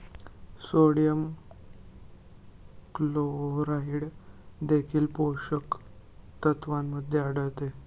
sodium chloride देखील पोषक तत्वांमध्ये आढळते